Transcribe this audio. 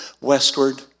westward